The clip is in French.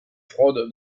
fraude